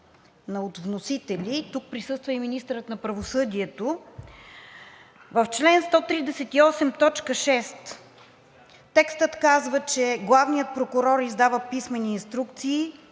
от вносители, тук присъства и министърът на правосъдието. В чл. 138, т. 6 текстът казва, че главният прокурор издава писмени инструкции